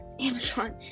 Amazon